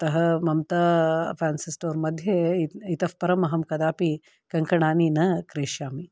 अतः Mamta fancy store मध्ये इतः परम् अहं कदापि कङ्कणानि न क्रेष्यामि